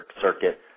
circuit